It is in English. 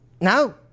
No